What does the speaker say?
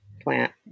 plant